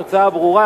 התוצאה ברורה.